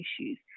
issues